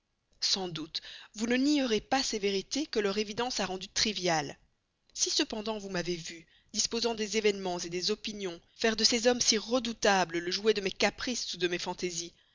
sans doute vous ne nierez pas ces vérités que leur évidence a rendues triviales si pourtant vous m'avez vue disposant des événements des opinions faire de ces hommes si redoutables les jouets de mes caprices ou de mes fantaisies